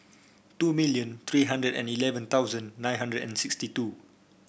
two million three hundred and eleven thousand nine hundred and sixty two